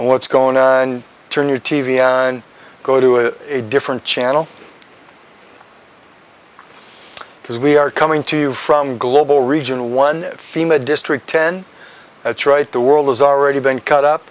and what's going to turn your t v and go to a different channel because we are coming to you from global region one district ten that's right the world has already been cut up